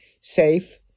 safe